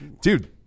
Dude